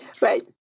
Right